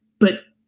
but,